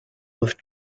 with